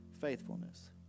faithfulness